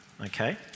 okay